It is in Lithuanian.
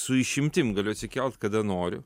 su išimtim galiu atsikelt kada noriu